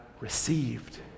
received